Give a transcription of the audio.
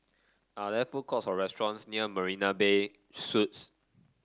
are there food courts or restaurants near Marina Bay Suites